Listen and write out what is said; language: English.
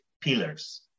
pillars